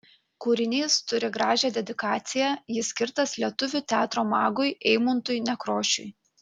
kūrinys turi gražią dedikaciją jis skirtas lietuvių teatro magui eimuntui nekrošiui